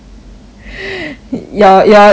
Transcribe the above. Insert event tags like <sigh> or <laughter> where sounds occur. <noise> your your your